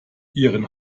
ihren